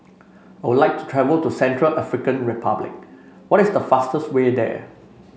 would like to travel to Central African Republic what is the fastest way there